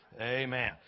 Amen